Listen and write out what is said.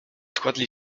pokładli